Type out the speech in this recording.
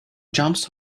jumps